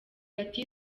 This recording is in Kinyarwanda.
ati